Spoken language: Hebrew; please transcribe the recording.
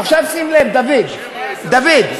עכשיו, שים לב, דוד, דוד.